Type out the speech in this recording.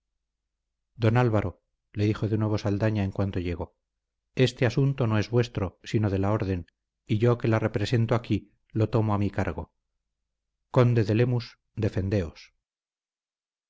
don álvaro le dijo de nuevo saldaña en cuanto llegó este asunto no es vuestro sino de la orden y yo que la represento aquí lo tomo a mi cargo conde de lemus defendeos